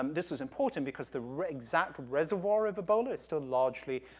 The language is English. um this is important, because the exact reservoir of ebola is still largely,